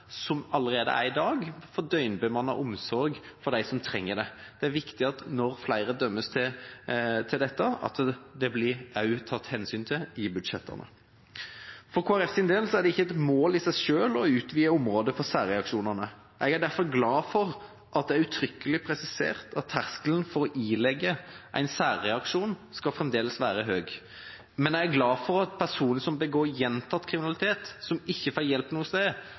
som allerede i dag er for dem som trenger det. Det er viktig, når flere dømmes til dette, at det også blir tatt hensyn til i budsjettene. For Kristelig Folkepartis del er det ikke et mål i seg selv å utvide området for særreaksjonene. Jeg er derfor glad for at det er uttrykkelig presisert at terskelen for å ilegge en særreaksjon fremdeles skal være høy, men jeg er glad for at personer som gjentakende begår kriminalitet, og som ikke får hjelp noe sted, nå skal få det.